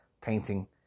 painting